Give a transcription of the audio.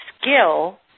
skill